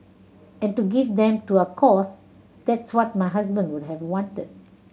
and to give them to a cause that's what my husband would have wanted